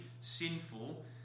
sinful